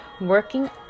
working